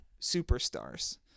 superstars